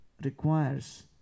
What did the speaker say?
requires